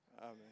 Amen